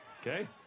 Okay